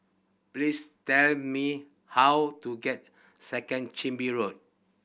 please tell me how to get Second Chin Bee Road